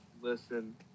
listen